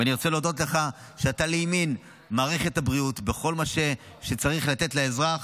אני רוצה להודות לך שאתה לימין מערכת הבריאות בכל מה שצריך לתת לאזרח.